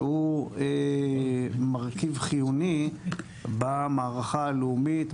שהוא מרכיב חיוני במערכה הלאומית,